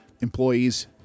employees